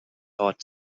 heart